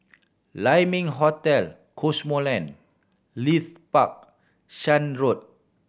Lai Ming Hotel Cosmoland Leith Park Shan Road